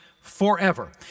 Forever